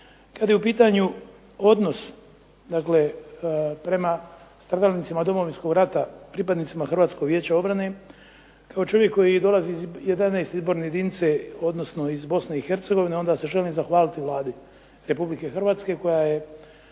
Kada je u pitanju odnos, dakle prema stradalnicima Domovinskog rata, pripadnicima Hrvatskog vijeća obrane, kao čovjek koji dolazi iz 11. izborne jedinice, odnosno iz Bosne i Hercegovine onda se želim zahvaliti Vladi Republike Hrvatske koja je